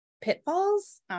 pitfalls